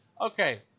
Okay